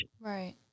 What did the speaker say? Right